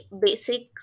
basic